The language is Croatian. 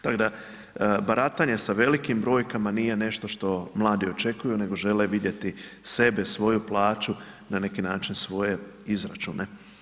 Tako da baratanjem sa velikim brojkama nije nešto što mladi očekuju nego žele vidjeti sebe, svoju plaću, na neki način svoje izračune.